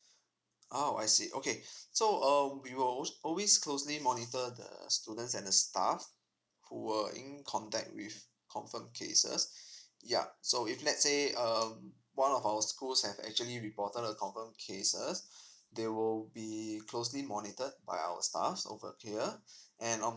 oh I see okay so um we will always closely monitor the students and the staff who were in contact with confirm cases ya so if let's say um one of our schools have actually reported a confirm case uh they will be closely monitored by our staff over here and um